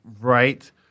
right